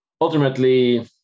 ultimately